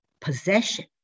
possession